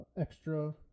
extra